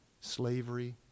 slavery